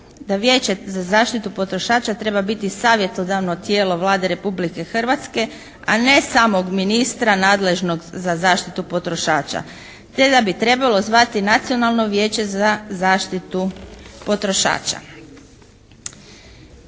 da Vijeće za zaštitu potrošača treba biti savjetodavno tijelo Vlade Republike Hrvatske a ne samog ministra nadležnog za zaštitu potrošača, te da bi trebalo zvati Nacionalno vijeće za zaštitu potrošača.